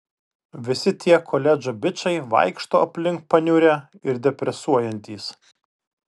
visi tie koledžo bičai vaikšto aplink paniurę ir depresuojantys